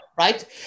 right